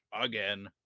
again